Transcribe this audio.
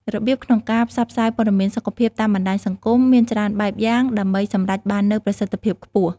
របៀបក្នុងការផ្សព្វផ្សាយព័ត៌មានសុខភាពតាមបណ្តាញសង្គមមានច្រើនបែបយ៉ាងដើម្បីសម្រេចបាននូវប្រសិទ្ធភាពខ្ពស់។